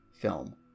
film